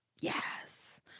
Yes